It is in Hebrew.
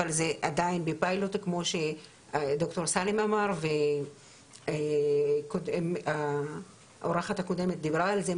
אבל זה עדיין בפיילוט כמו שדוקטור סאלם אמר והאורחת הקודמת דיברה על זה,